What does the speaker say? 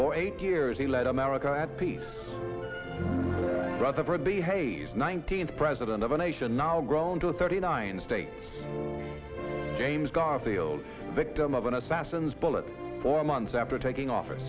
for eight years he led america at peace rutherford b hayes nineteenth president of a nation now grown to thirty nine states james garfield victim of an assassin's bullet four months after taking off